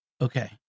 Okay